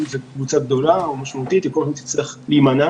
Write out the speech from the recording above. אם זו קבוצה גדולה או משמעותית היא תצטרך כל הזמן להימנע